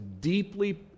deeply